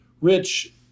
Rich